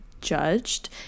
judged